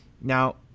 Now